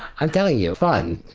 i'm telling you, fun